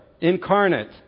incarnate